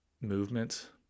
movement